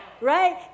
right